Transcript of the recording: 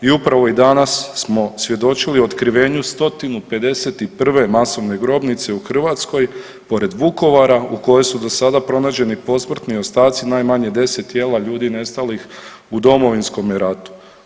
I upravo i danas smo svjedočili otkrivenju 151 masovne grobnice u Hrvatskoj pored Vukovara u kojoj su do sada pronađeni posmrtni ostaci najmanje 10 tijela ljudi nestalih u Domovinskome ratu.